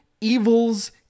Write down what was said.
Evil's